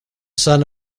son